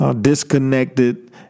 Disconnected